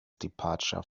departure